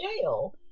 jail